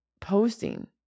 posting